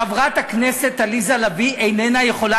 חברת הכנסת עליזה לביא איננה יכולה